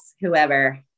whoever